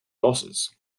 losses